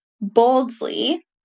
boldly